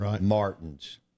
Martin's